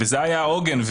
וזה היה העוגן,